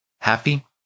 Happy